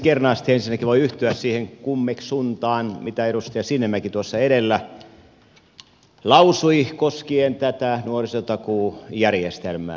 kernaasti ensinnäkin voi yhtyä siihen kummeksuntaan mitä edustaja sinnemäki tuossa edellä lausui koskien tätä nuorisotakuujärjestelmää